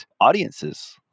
audiences